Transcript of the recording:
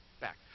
Back